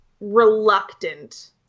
reluctant